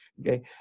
Okay